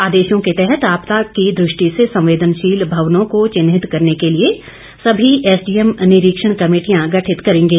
आदेशों के तहत आपदा की दृष्टि से संवेदनशील भवनों को चिन्हित करने के लिए सभी एसडीएम निरीक्षण कमेटियां गठित करेंगे